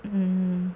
mm